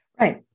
Right